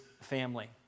family